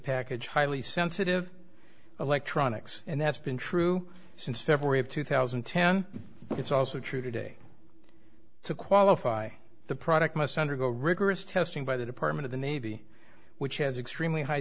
package highly sensitive electronics and that's been true since february of two thousand and ten but it's also true today to qualify the product must undergo a rigorous testing by the department of the navy which has extremely high